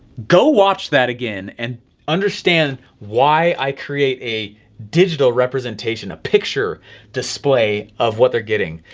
go watch that again and understand why i create a digital representation a picture display of what they're getting.